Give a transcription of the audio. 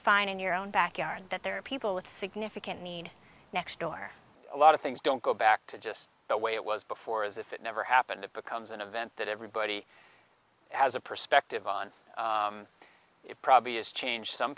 fine in your own backyard that there are people with significant mean next door a lot of things don't go back to just the way it was before as if it never happened it becomes an event that everybody has a perspective on it probably has changed some